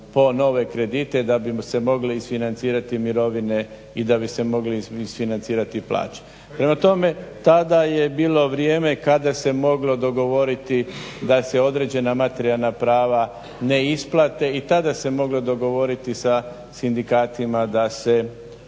po nove kredite da bi se mogle isfinancirati mirovine i da bi se mogle isfinancirati plaće. Prema tome, tada je bilo vrijeme kada se moglo dogovoriti da se određena materijalna prava ne isplate i tada se moglo dogovoriti sa sindikatima da se